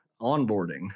onboarding